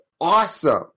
awesome